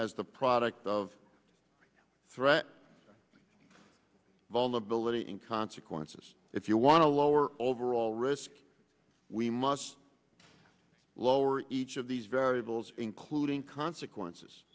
as the product of threat vulnerability in consequences if you want to lower overall risk we must lower each of these variables including consequences